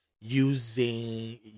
using